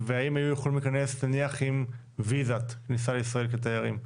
והאם היו יכולים להיכנס נניח עם ויזת כניסה לישראל כתיירים?